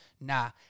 nah